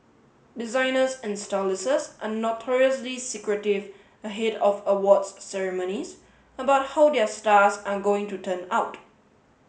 designers and are notoriously secretive ahead of awards ceremonies about how their stars are going to turn out